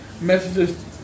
messages